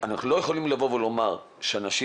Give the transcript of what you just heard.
הם אומרים